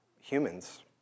humans